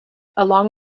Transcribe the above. along